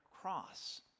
cross